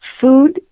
Food